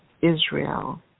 Israel